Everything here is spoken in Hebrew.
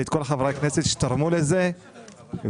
ואת כל חברי הכנסת שתרמו לזה שנצליח